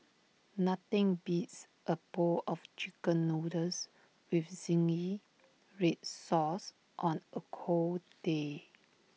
nothing beats A bowl of Chicken Noodles with Zingy Red Sauce on A cold day